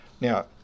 Now